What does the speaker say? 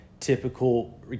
typical